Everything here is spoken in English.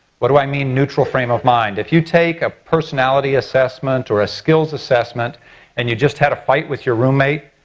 what do i mean by neutral frame of mind? if you take a personality assessment or a skills assessment and you just had a fight with your roommate,